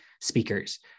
speakers